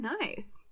nice